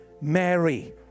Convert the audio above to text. Mary